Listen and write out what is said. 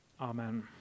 Amen